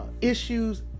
issues